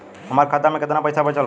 हमरा खाता मे केतना पईसा बचल बा?